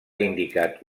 indicat